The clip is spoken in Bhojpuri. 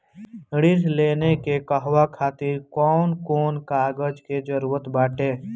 ऋण लेने के कहवा खातिर कौन कोन कागज के जररूत बाटे?